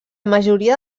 majoria